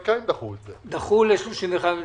דחו ל-31 בדצמבר.